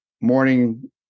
morning